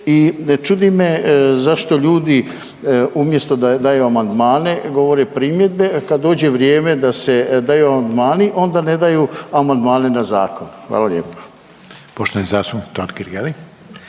i čudi me zašto ljudi umjesto da daju amandmane, govore primjedbe, kad dođe vrijeme da se daju amandmani, onda ne daju amandmane na zakon. Hvala lijepa. **Reiner, Željko